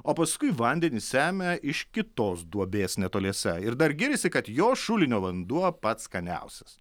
o paskui vandenį semia iš kitos duobės netoliese ir dar giriasi kad jo šulinio vanduo pats skaniausias